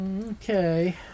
Okay